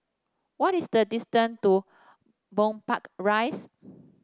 what is the distance to Gombak Rise